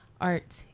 Art